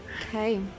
Okay